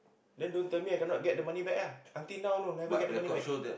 then don't tell me I cannot get the money back ah until now know never get the money back